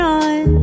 on